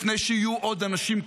לפני שיהיו עוד אנשים כאלה.